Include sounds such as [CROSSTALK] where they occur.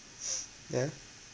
[NOISE] yeah